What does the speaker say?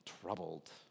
troubled